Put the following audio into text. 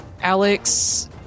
Alex